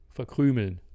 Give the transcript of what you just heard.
Verkrümeln